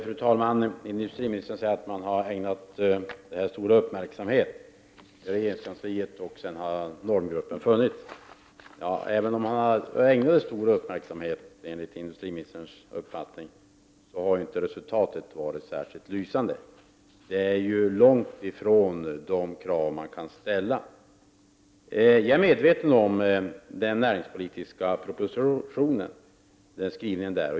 Fru talman! Industriministern säger att man har ägnat detta stor uppmärksamhet dels inom regeringskansliet, dels inom denna normgrupp som har funnits. Även om man enligt industriministerns uppfattning har ägnat detta stor uppmärksamhet, har ju inte resultatet varit särskilt lysande. Det ligger långt ifrån de krav som man kan ställa. Jag är medveten om skrivningen i den näringspolitiska propositionen.